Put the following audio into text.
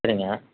சரிங்க